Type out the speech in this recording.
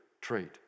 trait